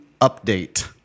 update